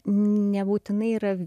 nebūtinai yra